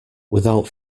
without